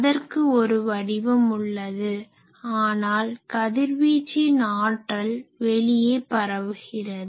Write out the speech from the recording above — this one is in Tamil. அதற்கு ஒரு வடிவம் உள்ளது ஆனால் கதிர்வீச்சின் ஆற்றல் வெளியே பரவுகிறது